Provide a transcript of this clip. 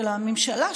של הממשלה,